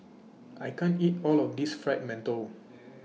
I can't eat All of This Fried mantou